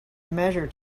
measure